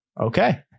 Okay